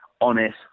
honest